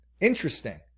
Interesting